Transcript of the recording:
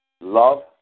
love